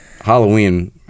Halloween